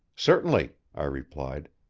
certainly, i replied.